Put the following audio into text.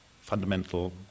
fundamental